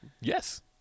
Yes